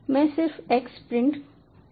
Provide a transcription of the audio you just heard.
मैं सिर्फ x print करता हूं